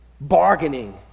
bargaining